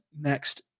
next